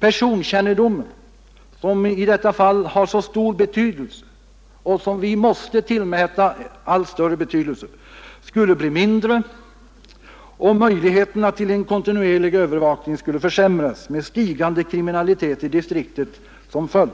Personkännedomen, som i detta fall har så stor betydelse och som vi måste tillmäta allt större betydelse, skulle bli mindre, och möjligheterna till en kontinuerlig övervakning skulle försämras med stigande kriminalitet i distriktet som följd.